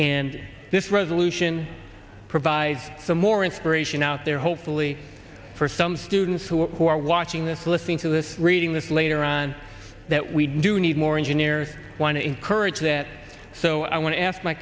in this resolution provides some more inspiration out there hopefully for some students who are watching this listening to this reading this later on that we do need more engineers want to encourage that so i want to ask my